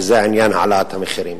וזה עניין העלאת המחירים.